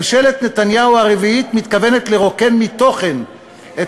ממשלת נתניהו הרביעית מתכוונת לרוקן מתוכן את